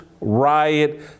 riot